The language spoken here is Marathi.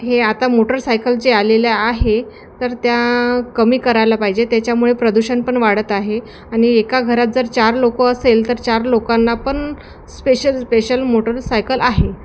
हे आता मोटरसायकल जे आलेले आहे तर त्या कमी करायला पाहिजे त्याच्यामुळे प्रदूषण पण वाढत आहे आणि एका घरात जर चार लोक असेल तर चार लोकांना पण स्पेशल स्पेशल मोटरसायकल आहे